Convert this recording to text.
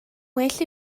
well